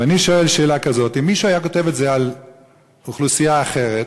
ואני שואל שאלה כזאת: אם מישהו היה כותב את זה על אוכלוסייה אחרת,